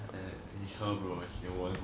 err he score bro I say 我